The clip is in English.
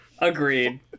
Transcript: agreed